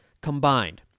combined